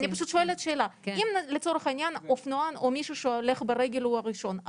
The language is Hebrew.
אני פשוט שואלת שאלה: אם לצורך העניין אופנוען או הולך רגל הוא הראשון,